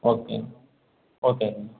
okay ஓகேங்க